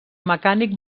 mecànic